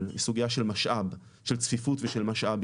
היא סוגיה של משאב של צפיפות ושל משאב,